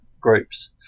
groups